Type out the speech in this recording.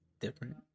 different